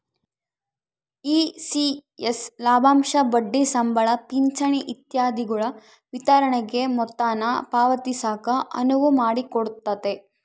ECS ಲಾಭಾಂಶ ಬಡ್ಡಿ ಸಂಬಳ ಪಿಂಚಣಿ ಇತ್ಯಾದಿಗುಳ ವಿತರಣೆಗೆ ಮೊತ್ತಾನ ಪಾವತಿಸಾಕ ಅನುವು ಮಾಡಿಕೊಡ್ತತೆ